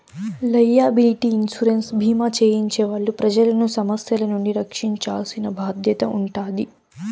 liability insurance భీమా చేయించే వాళ్ళు ప్రజలను సమస్యల నుండి రక్షించాల్సిన బాధ్యత ఉంటాది